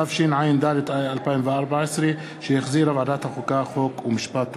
התשע"ד 2014 שהחזירה ועדת החוקה, חוק ומשפט.